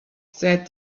said